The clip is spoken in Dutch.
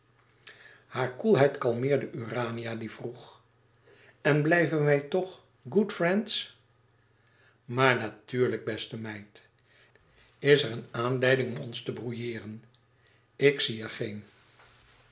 hare koelheid kalmeerde urania die vroeg en blijven wij toch good friends maar natuurlijk beste meid is er een aanleiding om ons te brouilleeren ik zie er geen